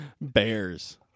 Bears